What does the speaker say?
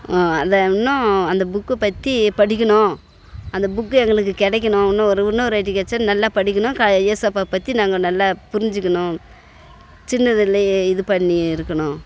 அதை இன்னும் அந்த புக்கு பற்றி படிக்கணும் அந்த புக்கு எங்களுக்கு கிடைக்கணும் இன்னும் ஒரு இன்னோருவாட்டி கிடைச்சா நல்லா படிக்கணும் க இயேசுப்பா பற்றி நாங்கள் நல்லா புரிஞ்சுக்கணும் சின்னதுலேயே இது பண்ணி இருக்கணும்